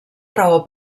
raó